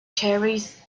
cherries